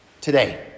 today